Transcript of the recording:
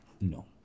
No